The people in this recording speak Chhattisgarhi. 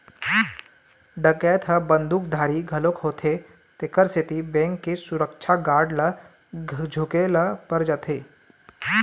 डकैत ह बंदूकधारी घलोक होथे तेखर सेती बेंक के सुरक्छा गार्ड ल झूके ल पर जाथे